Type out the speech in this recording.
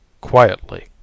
quietly